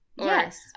Yes